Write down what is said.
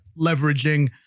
leveraging